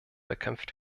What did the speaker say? bekämpft